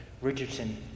Richardson